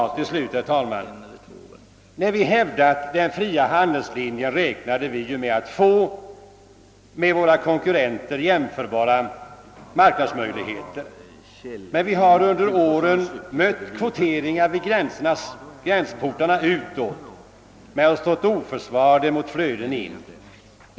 Jag vill sluta med ett citat: »När vi hävdat den fria handelslinjen räknade vi ju med att få med våra konkurrenter jämförbara marknadsmöjligheter. Men vi har under åren mött kvoteringar vid gränsportarna utåt, men har stått oförsvarade mot flöden in.